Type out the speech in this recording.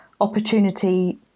opportunity